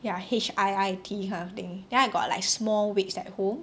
ya H_I_I_T kind of thing then I got small weights at home